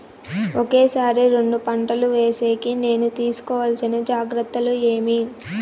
ఒకే సారి రెండు పంటలు వేసేకి నేను తీసుకోవాల్సిన జాగ్రత్తలు ఏమి?